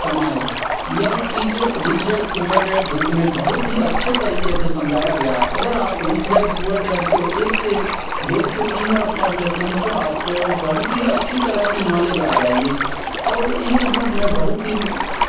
कमाएँ यह चीज़ rich dad poor dad book में बहुत ही अच्छे तरीक़े से समझाया गया अगर आप रिच डैड पुअर डैड को एक से दो से तीन बार पढ़ लेते हैं तो आपको बहुत ही अच्छी तरह की नॉलेज आ जाएगी और एक बूक मैं बहुत ही